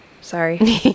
sorry